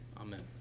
amen